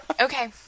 Okay